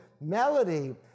melody